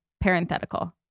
parenthetical